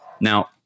now